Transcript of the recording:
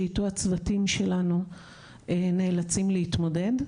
שאיתו הצוותים שלנו נאלצים להתמודד.